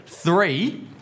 Three